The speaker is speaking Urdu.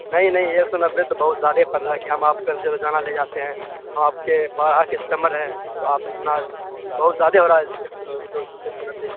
نہیں نہیں ایک سو نوے تو بہت زیادہ ہی پڑ رہا ہے کہ ہم آپ کن شے روزانہ لے جاتے ہیں آپ کے کسٹمر ہیں تو آپ اتنا بہت زیادہ ہو رہا ہے ایک سو ایک سو نبے